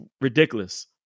ridiculous